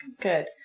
Good